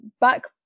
back